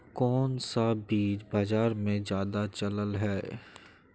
कोन सा बीज बाजार में ज्यादा चलल है?